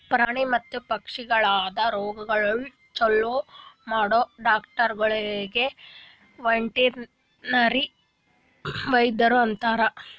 ಪ್ರಾಣಿ ಮತ್ತ ಪಕ್ಷಿಗೊಳ್ದು ರೋಗಗೊಳ್ ಛಲೋ ಮಾಡೋ ಡಾಕ್ಟರಗೊಳಿಗ್ ವೆಟರ್ನರಿ ವೈದ್ಯರು ಅಂತಾರ್